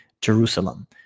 Jerusalem